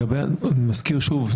אני מזכיר שוב,